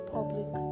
Public